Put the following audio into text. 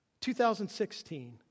2016